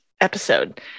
episode